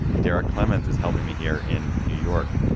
derek clemans is helping me here in new york.